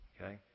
Okay